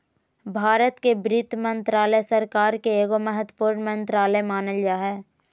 भारत के वित्त मन्त्रालय, सरकार के एगो महत्वपूर्ण मन्त्रालय मानल जा हय